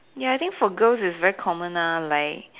ya I think for girls is very common lah like